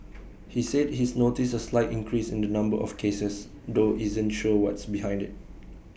he said he's noticed A slight increase in the number of cases though isn't sure what's behind IT